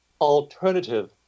alternative